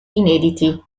inediti